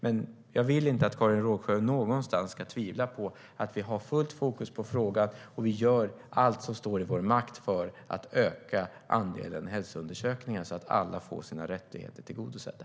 Jag vill alltså inte att Karin Rågsjö någonstans ska tvivla på att vi har fullt fokus på frågan, och vi gör allt som står i vår makt för att öka andelen hälsoundersökningar så att alla får sina rättigheter tillgodosedda.